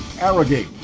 Arrogate